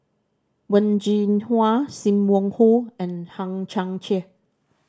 Wen Jinhua Sim Wong Hoo and Hang Chang Chieh